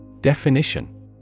Definition